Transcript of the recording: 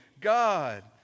God